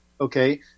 okay